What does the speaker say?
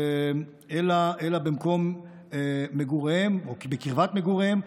אלא במקום מגוריהם או בקרבת מגוריהם,